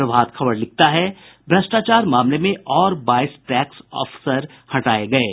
प्रभात खबर लिखता है भ्रष्टाचार मामले में और बाईस टैक्स अफसर हटाये गये